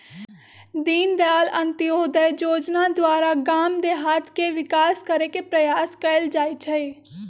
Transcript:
दीनदयाल अंत्योदय जोजना द्वारा गाम देहात के विकास करे के प्रयास कएल जाइ छइ